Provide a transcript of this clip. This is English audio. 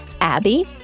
Abby